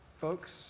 Folks